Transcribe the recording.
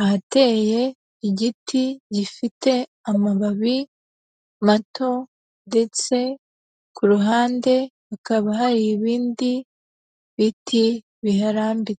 ahateye igiti gifite amababi mato ndetse ku ruhande hakaba hari ibindi biti biharambitse.